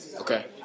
Okay